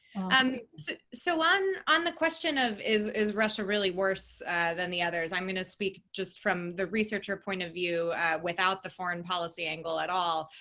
and so on on the question of, is is russia really worse than the others, i'm going to speak just from the researcher point of view without the foreign policy angle at all.